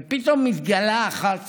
ופתאום מתגלה אחת